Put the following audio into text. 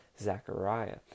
Zechariah